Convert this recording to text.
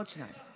עוד שניים.